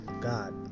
God